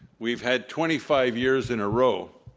we've had twenty-five years in a row,